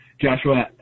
Joshua